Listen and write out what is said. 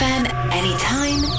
Anytime